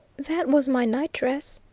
that was my night-dress,